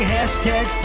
Hashtag